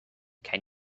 can